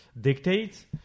dictates